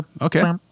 Okay